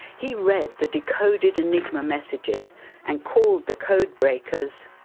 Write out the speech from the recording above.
he read the decoded enigma messages and called the code breakers,